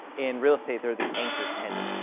in real estate, they're the anchor tenant,